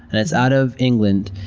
and it's out of england.